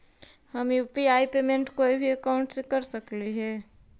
हम UPI payment कोई भी अकाउंट से कर सकली हे?